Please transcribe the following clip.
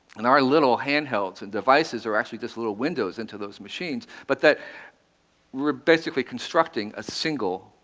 and our little handhelds and devices are actually just little windows into those machines, but that we're basically constructing a single,